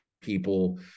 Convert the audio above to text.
people